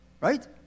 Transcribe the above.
right